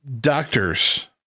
Doctors